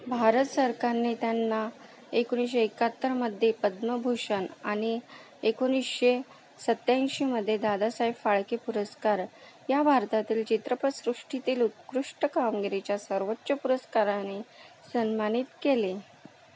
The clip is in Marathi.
भारत सरकारने त्यांना एकोणीशे एकाहत्तरमध्ये पद्मभूषण आणि एकोणीशे सत्याऐंशीमध्ये दादासाहेब फाळके पुरस्कार या भारतातील चित्रपटसृष्टीतील उत्कृष्ट कामगिरीच्या सर्वोच्च पुरस्काराने सन्मानित केले